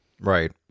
Right